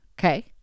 Okay